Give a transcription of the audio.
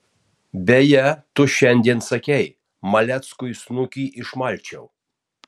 beje tu šiandien sakei maleckiui snukį išmalčiau